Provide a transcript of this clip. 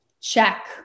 check